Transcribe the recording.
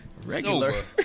regular